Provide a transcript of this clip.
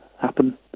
happen